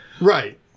right